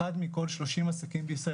אחד מכול 30 עסקים בישראל,